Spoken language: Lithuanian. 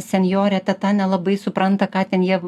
senjorė teta nelabai supranta ką ten jie